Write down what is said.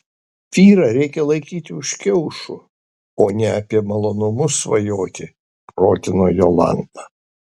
vyrą reikia laikyti už kiaušų o ne apie malonumus svajoti protina jolanta